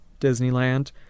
Disneyland